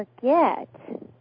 forget